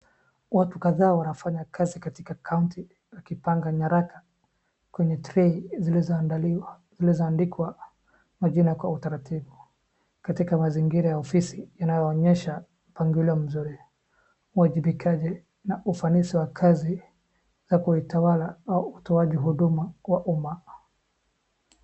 Watu kadhaa wanafanya kazi katika kaunti wakipanga nyaraka kwenye treli zilizoandaliwa, zilizoandikwa majina kwa utaratibu katika mazingira ya ofisi inayoonyesha mpangilio mzuri, uwajibikaji na ufanisi wa kazi na kuitawala au utoaji huduma kwa umma.